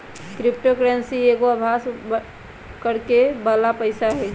crypto currency एगो अभास करेके बला पइसा हइ